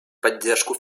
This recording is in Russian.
поддержку